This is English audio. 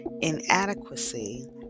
inadequacy